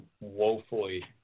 woefully